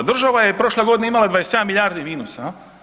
Država je prošle godine imala 27 milijardi minusa.